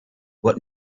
what